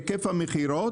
היקף המכירות,